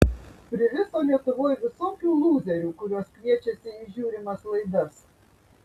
priviso lietuvoj visokių lūzerių kuriuos kviečiasi į žiūrimas laidas